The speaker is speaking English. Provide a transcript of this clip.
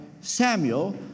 Samuel